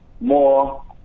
more